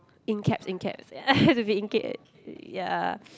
in caps in caps have to be cap ya